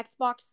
Xbox